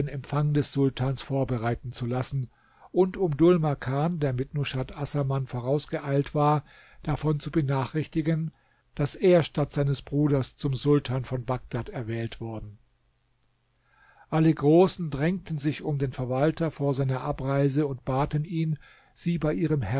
empfang des sultans vorbereiten zu lassen und um dhul makan der mit nushat assaman vorausgeeilt war davon zu benachrichtigen daß er statt seines bruders zum sultan von bagdad erwählt worden alle großen drängten sich um den verwalter vor seiner abreise und baten ihn sie bei ihrem